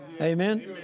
Amen